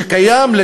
שקיים,